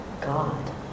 God